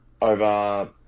over